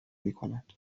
میکند